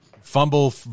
Fumble